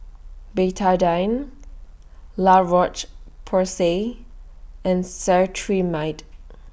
Betadine La Roche Porsay and Cetrimide